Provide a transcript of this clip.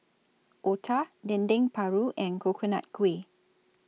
Otah Dendeng Paru and Coconut Kuih